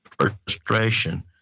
frustration